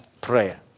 prayer